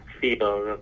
feel